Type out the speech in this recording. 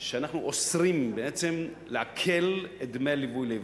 שאנחנו אוסרים לעקל את דמי הליווי לעיוורים.